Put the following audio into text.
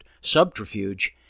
subterfuge